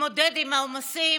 להתמודד עם העומסים,